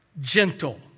gentle